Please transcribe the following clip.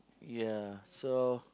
ya so